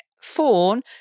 fawn